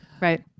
right